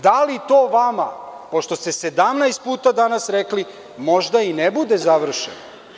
Da li to vama, pošto ste 17 puta danas rekli možda i ne bude završeno?